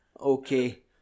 Okay